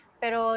pero